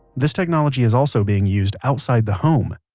this technology is also being used outside the home.